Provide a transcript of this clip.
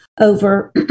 over